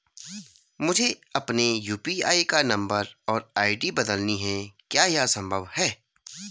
मुझे अपने यु.पी.आई का नम्बर और आई.डी बदलनी है क्या यह संभव है?